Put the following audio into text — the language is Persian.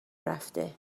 رفته